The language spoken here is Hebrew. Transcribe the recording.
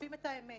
חושפים את האמת.